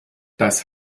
das